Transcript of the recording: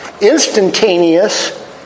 instantaneous